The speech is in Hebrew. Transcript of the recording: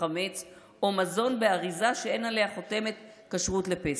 חמץ או מזון באריזה שאין עליה חותמת כשרות לפסח,